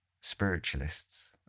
spiritualists